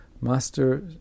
master